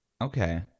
Okay